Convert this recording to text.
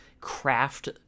craft